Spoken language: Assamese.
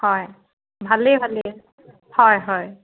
হয় ভালেই ভালেই হয় হয়